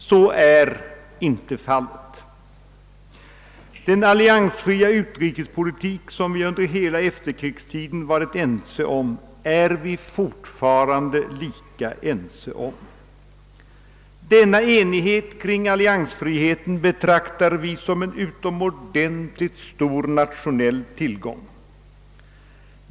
Så är inte fallet. Den alliansfria utrikespolitiken, som vi under hela efterkrigstiden varit ense om, är vi fortfarande lika ense om. Denna enighet kring alliansfriheten betraktar vi som en utomordentligt stor nationell tillgång.